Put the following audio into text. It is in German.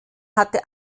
hatte